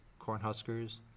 Cornhuskers